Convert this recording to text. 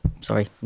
sorry